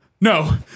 no